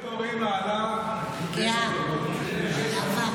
גאה, גאווה.